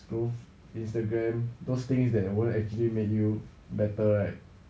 go instagram those things that weren't actually made you better right